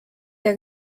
der